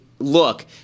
look